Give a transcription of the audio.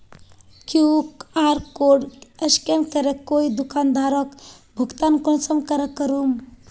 QR code scan करे कोई दुकानदारोक भुगतान कुंसम करे करूम?